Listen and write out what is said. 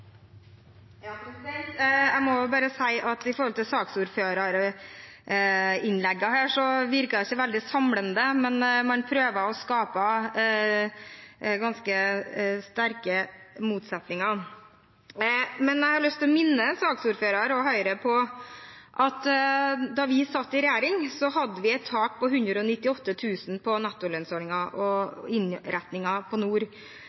Jeg må bare si at saksordførerinnleggene her ikke virker veldig samlende, men man prøver å skape ganske sterke motsetninger. Jeg har lyst til å minne saksordføreren og Høyre på at da vi satt i regjering, hadde vi et tak på 198 000 kr på nettolønnsordningen og innretningen på